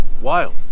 Wild